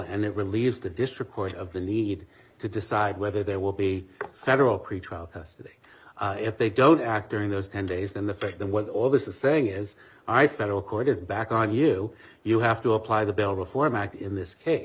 and it relieves the district court of the need to decide whether there will be federal pretrial if they don't act during those ten days and the fact that what all this is saying is i federal court is back on you you have to apply the bill reform act in this case